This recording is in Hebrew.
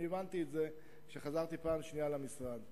הבנתי את זה כשחזרתי בפעם השנייה למשרד,